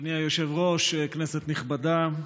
אדוני היושב-ראש, כנסת נכבדה,